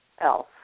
else